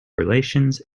relations